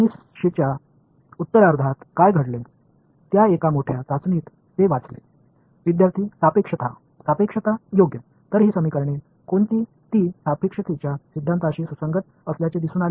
மாணவர் relativity relativity எனவே இந்த சமன்பாடுகள் ரிலேடிவிட்டி கோட்பாட்டோடுகளுடன் ஒத்துப்போகின்றன